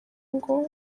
ngo